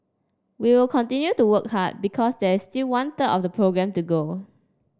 we will continue to work hard because there is still one third of the programme to go